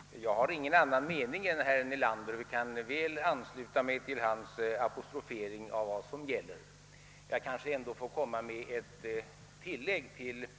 Herr talman! Jag har ingen annan mening än herr Nelander och kan väl ansluta mig till hans apostrofering av vad som här gäller. Men jag kanske ändå får göra ett tillägg till mina